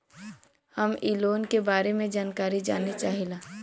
हम इ लोन के बारे मे जानकारी जाने चाहीला?